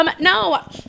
No